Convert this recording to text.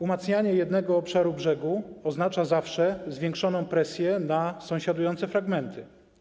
Umacnianie jednego obszaru brzegu zawsze oznacza zwiększoną presję na sąsiadujące fragmenty.